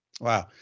Wow